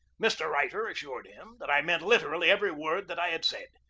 mr. reiter assured him that i meant literally every word that i had said.